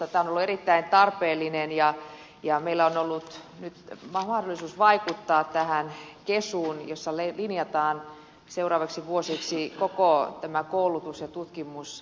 tämä on ollut erittäin tarpeellinen ja meillä on ollut nyt mahdollisuus vaikuttaa tähän kesuun jossa linjataan seuraaviksi vuosiksi koko tämä koulutus ja tutkimusalue